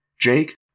Jake